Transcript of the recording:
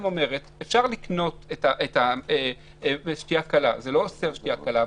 אפשר לקנות שתייה קלה, זה לא הנושא, שתייה קלה.